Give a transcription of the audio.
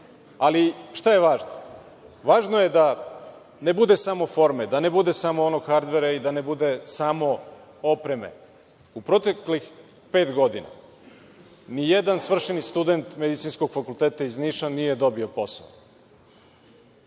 ali šta je važno? Važno je da ne bude samo forme, da ne bude samo onog hardvera i da ne bude samo opreme.U proteklih pet godina ni jedan svršeni student Medicinskog fakulteta u Niša nije dobio